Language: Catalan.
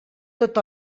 tot